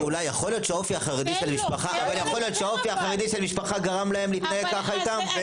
שאולי יכול להיות שהאופי החרדי של המשפחה גרם להם להתנהג ככה איתם.